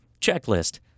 checklist